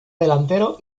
delantero